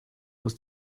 was